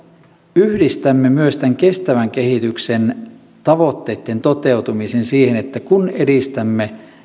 yhdistämme myös tämän kestävän kehityksen tavoitteitten toteutumisen siihen kun edistämme